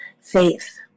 faith